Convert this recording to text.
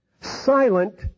silent